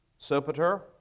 Sopater